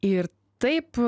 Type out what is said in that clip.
ir taip